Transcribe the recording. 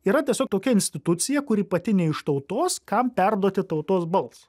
yra tiesiog tokia institucija kuri pati ne iš tautos kam perduoti tautos balsą